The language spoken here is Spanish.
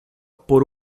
por